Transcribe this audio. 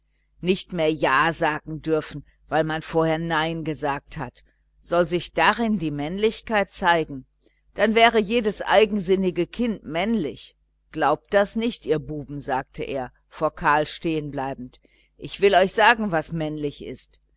nicht mehr ja sagen dürfen weil man vorher nein gesagt hat soll sich darin die männlichkeit zeigen dann wäre jedes eigensinnige kind männlich glaubt das nicht ihr buben sagte er vor karl stehen bleibend ich will euch sagen was männlich ist